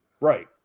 Right